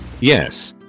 Yes